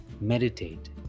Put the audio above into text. meditate